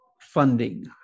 funding